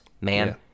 man